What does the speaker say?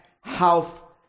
half